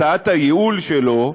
הצעת הייעול שלו,